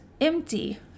empty